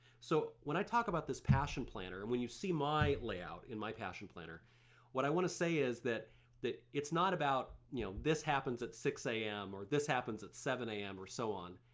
so when i talk about this passion planner and when you see my layout in my passion planner what i wanna say is that that it's not about you know this happens at six a m. or this happens at seven a m. or so on.